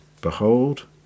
behold